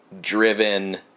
driven